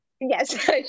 Yes